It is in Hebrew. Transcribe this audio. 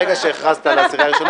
ברגע שהכרזת על העשירייה הראשונה.